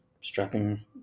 strapping